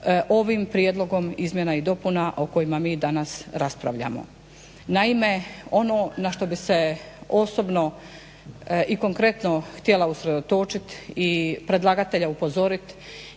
ovim prijedlogom izmjena i dopuna o kojima mi danas raspravljamo. Naime, ono na što bih se osobno i konkretno htjela usredotočiti i predlagatelja upozoriti